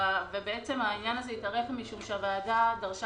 והעניין הזה התארך משום שהוועדה דרשה